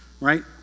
right